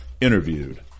interviewed